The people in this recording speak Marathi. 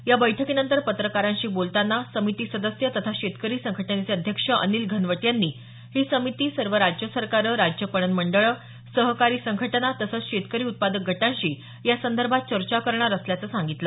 या बैठकीनंतर पत्रकारांशी बोलताना समिती सदस्य तथा शेतकरी संघटनेचे अध्यक्ष अनिल घनवट यांनी ही समिती सर्व राज्य सरकारं राज्य पणन मंडळं सहकारी संघटना तसंच शेतकरी उत्पादक गटांशी यासंदर्भात चर्चा करणार असल्याचं सांगितलं